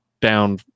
down